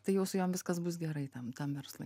tai jau su jom viskas bus gerai tam tam verslui